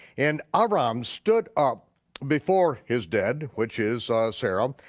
and abram stood up before his dead, which is sarah,